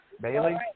Bailey